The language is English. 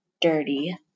Dirty